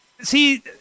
see